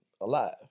alive